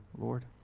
Lord